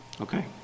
Okay